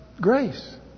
grace